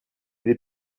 des